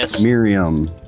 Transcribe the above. Miriam